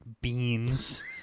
beans